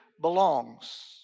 belongs